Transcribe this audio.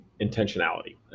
intentionality